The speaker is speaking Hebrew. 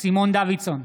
סימון דוידסון,